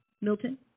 Milton